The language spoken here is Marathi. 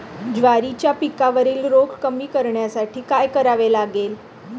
ज्वारीच्या पिकावरील रोग कमी करण्यासाठी काय करावे लागेल?